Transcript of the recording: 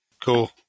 Cool